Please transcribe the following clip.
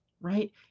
right